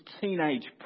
teenage